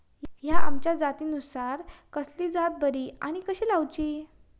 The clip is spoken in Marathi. हया आम्याच्या जातीनिसून कसली जात बरी आनी कशी लाऊची?